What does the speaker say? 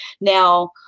Now